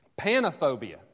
panophobia